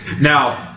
Now